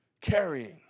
carrying